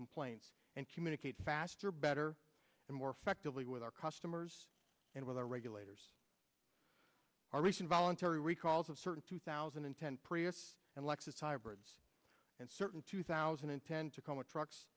complaints and communicate faster better and more effectively with our customers and with our regulators our recent voluntary recalls of certain two thousand and ten prius and lexus hybrids and certain two thousand and ten tacoma trucks